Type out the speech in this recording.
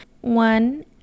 one